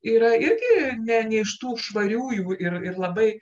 yra irgi ne ne iš tų švariųjų ir ir labai